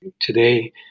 Today